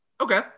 Okay